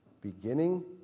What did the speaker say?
beginning